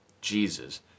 Jesus